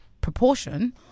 proportion